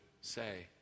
say